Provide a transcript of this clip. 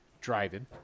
driving